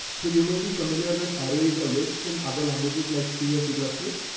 so you may be familiar with arrays, or lists in other languages like c or c plus plus.